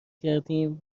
کردیم